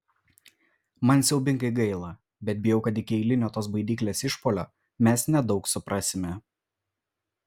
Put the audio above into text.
man siaubingai gaila bet bijau kad iki eilinio tos baidyklės išpuolio mes nedaug suprasime